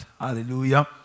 Hallelujah